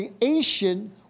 creation